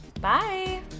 Bye